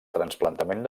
trasplantament